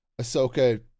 ahsoka